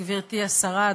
גברתי השרה,